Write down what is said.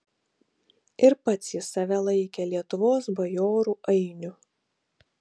ir pats jis save laikė lietuvos bajorų ainiu